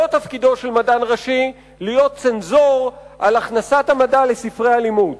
אין זה תפקידו להיות צנזור על הכנסת המדע לספרי הלימוד.